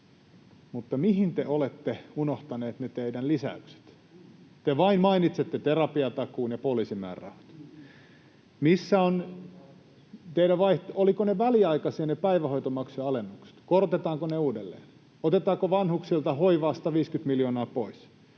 mutta mihin te olette unohtaneet ne teidän lisäyksenne? Te mainitsette vain terapiatakuun ja poliisin määrärahat. Olivatko ne päivähoitomaksujen alennukset väliaikaisia — korotetaanko niitä uudelleen? Otetaanko vanhuksilta hoivasta 50 miljoonaa pois?